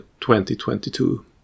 2022